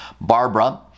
barbara